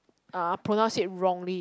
uh pronounce it wrongly